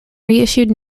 reissued